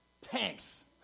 tanks